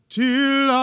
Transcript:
till